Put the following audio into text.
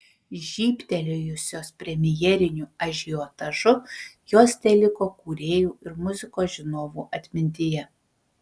žybtelėjusios premjeriniu ažiotažu jos teliko kūrėjų ir muzikos žinovų atmintyje